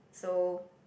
so